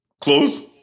Close